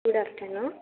good afternoon